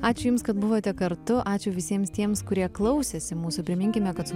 ačiū jums kad buvote kartu ačiū visiems tiems kurie klausėsi mūsų priminkime kad su